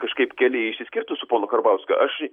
kažkaip keliai išsiskirtų su ponu karbauskiu aš